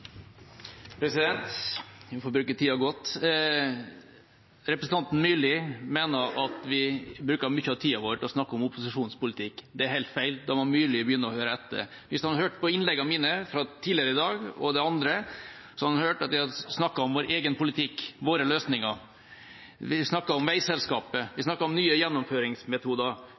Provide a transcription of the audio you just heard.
Jeg får bruke tida godt. Representanten Myrli mener at vi bruker mye av tida vår på å snakke om opposisjonens politikk. Det er helt feil. Myrli må begynne å høre etter. Hvis han hadde hørt innleggene mine fra tidligere i dag, og ellers, ville han hørt at jeg snakket om vår egen politikk og våre løsninger. Jeg snakket om veiselskapet,